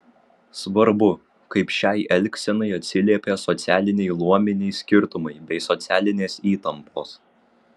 svarbu kaip šiai elgsenai atsiliepė socialiniai luominiai skirtumai bei socialinės įtampos